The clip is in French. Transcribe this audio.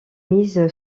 mise